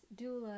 doulas